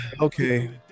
Okay